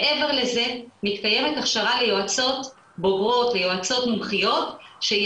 מעבר לזה מתקיימת הכשרה ליועצות בוגרות ויועצות מומחיות שהיא